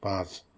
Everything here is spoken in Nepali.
पाँच